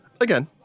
again